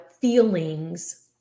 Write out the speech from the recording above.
feelings